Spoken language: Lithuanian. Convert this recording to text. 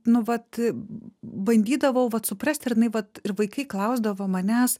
nu vat bandydavau vat suprast ir jinai vat ir vaikai klausdavo manęs